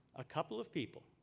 a couple of people.